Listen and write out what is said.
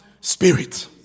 Spirit